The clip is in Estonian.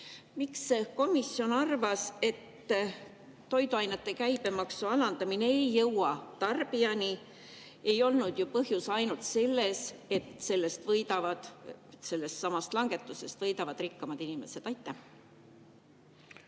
Miks komisjon arvas, et toiduainete käibemaksu alandamine ei jõua tarbijani? Ei olnud ju põhjus ainult selles, et sellest langetusest võidavad rikkamad inimesed. Aitäh,